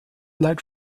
led